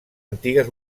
antigues